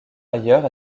ailleurs